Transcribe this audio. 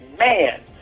Man